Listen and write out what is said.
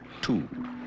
two